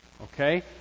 Okay